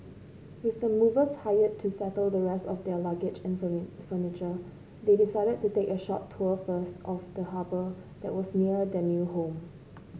with the movers hired to settle the rest of their luggage and furniture they decided to take a short tour first of the harbour that was near their new home